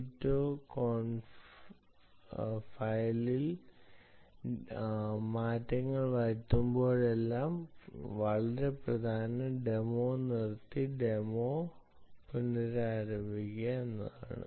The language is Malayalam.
conf ഫയലിൽ മാറ്റങ്ങൾ വരുത്തുമ്പോഴെല്ലാം പ്രധാനം ഡെമോ നിർത്തി ഡെമോ പുനരാരംഭിക്കുക എന്നതാണ്